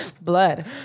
Blood